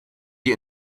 die